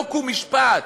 חוק ומשפט,